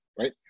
right